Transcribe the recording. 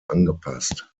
angepasst